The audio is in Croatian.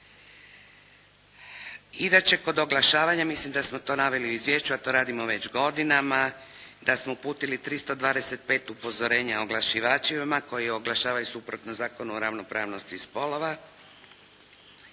I da će kod oglašavanja, mislim da smo to naveli u izvješću, a to radimo već godinama, da smo uputili 325 upozorenja oglašivačima koji oglašavaju suprotno Zakonu o ravnopravnosti spolova.